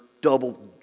double